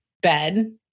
bed